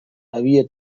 havia